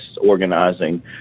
organizing